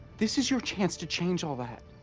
this is your chance to change all that.